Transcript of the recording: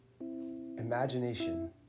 imagination